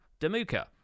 Damuka